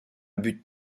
but